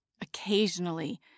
Occasionally